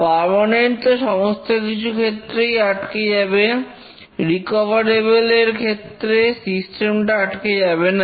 permanent তো সমস্ত কিছু ক্ষেত্রেই আটকে যাবে রিকভারেবল এর ক্ষেত্রে সিস্টেম টা আটকে যাবে না